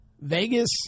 Vegas